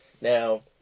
Now